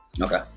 Okay